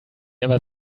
ever